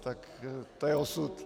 Tak to je osud.